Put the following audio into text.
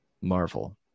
Marvel